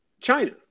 China